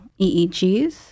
EEGs